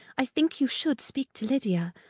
i think you should speak to lydia.